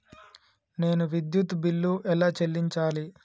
నేను విద్యుత్ బిల్లు ఎలా చెల్లించాలి?